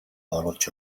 оруулж